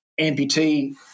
amputee